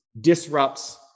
disrupts